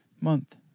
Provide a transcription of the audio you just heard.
month